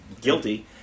guilty